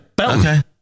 Okay